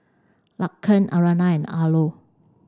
Laken Aryanna Arlo